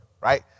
Right